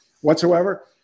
whatsoever